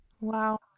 Wow